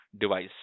device